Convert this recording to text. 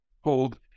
hold